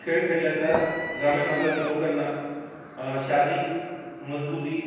खेळ खेळल्याचा ग्रामीण भागातील लोकांना शारीरिक मजबूती